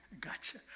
gotcha